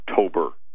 October